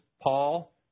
Paul